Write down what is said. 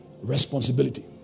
responsibility